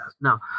Now